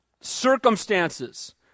circumstances